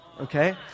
okay